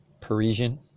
Parisian